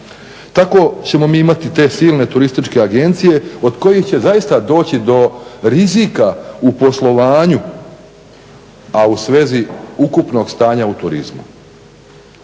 Tako ćemo mi imati te silne turističke agencije od kojih će zaista doći do rizika u poslovanju, a u svezi ukupnog stanja u turizmu.